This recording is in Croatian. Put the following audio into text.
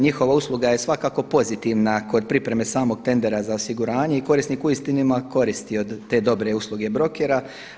Njihova usluga je svakako pozitivna kod pripreme samog tendera za osiguranje i korisnik uistinu ima koristi od te dobre usluge brokera.